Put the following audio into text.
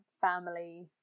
family